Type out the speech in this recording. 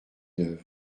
neuve